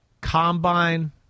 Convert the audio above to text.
Combine